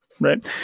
right